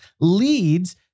leads